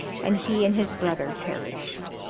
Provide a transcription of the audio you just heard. and he and his brother perished.